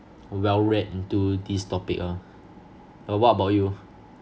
well read into this topic lah uh what about you